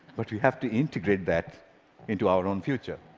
but we have to integrate that into our own future.